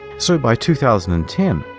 so by two thousand and ten,